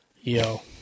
Yo